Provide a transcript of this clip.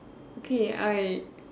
okay I